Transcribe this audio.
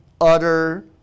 Utter